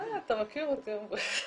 אתה מכיר אותי עמרי.